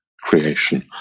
creation